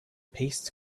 paste